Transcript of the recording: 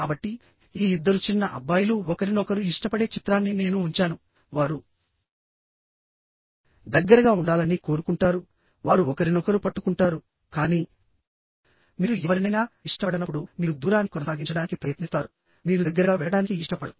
కాబట్టిఈ ఇద్దరు చిన్న అబ్బాయిలు ఒకరినొకరు ఇష్టపడే చిత్రాన్ని నేను ఉంచానువారు దగ్గరగా ఉండాలని కోరుకుంటారువారు ఒకరినొకరు పట్టుకుంటారుకానీ మీరు ఎవరినైనా ఇష్టపడనప్పుడు మీరు దూరాన్ని కొనసాగించడానికి ప్రయత్నిస్తారుమీరు దగ్గరగా వెళ్లడానికి ఇష్టపడరు